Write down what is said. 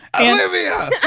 Olivia